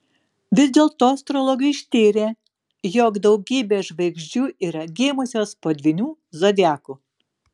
vis dėlto astrologai ištyrė jog daugybė žvaigždžių yra gimusios po dvyniu zodiaku